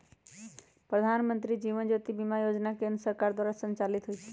प्रधानमंत्री जीवन ज्योति बीमा जोजना केंद्र सरकार द्वारा संचालित होइ छइ